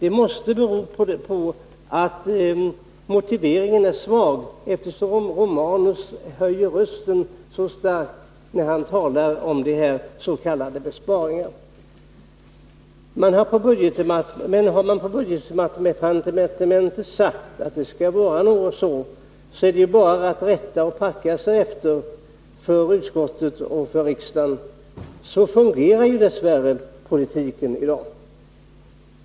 Det måste vara för att motiveringen är svag som Gabriel Romanus höjer rösten så starkt, när han talar om de här s.k. besparingarna. Men har budgetdepartementet sagt att det skall vara si eller så, är det bara att rätta och packa sig efter för utskottet och för riksdagen. Så fungerar dess värre politiken i dag.